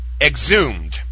exhumed